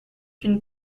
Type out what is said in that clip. une